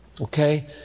Okay